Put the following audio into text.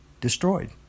destroyed